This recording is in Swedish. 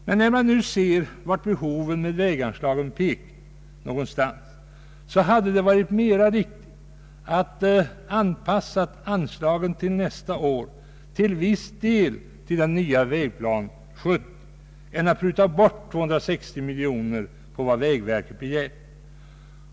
Men när man nu ser vart behoven i fråga om väganslagen pekar hade det varit mera riktigt att till viss del anpassa anslagen för nästa år till den nya Vägplan 70 än att pruta bort 260 miljoner kronor på vad vägverket har begärt.